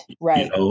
Right